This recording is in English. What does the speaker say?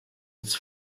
its